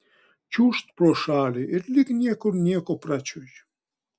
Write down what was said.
čiūžt pro šalį ir lyg niekur nieko pračiuoži